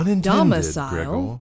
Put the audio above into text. domicile